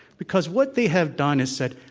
because what they have done is said,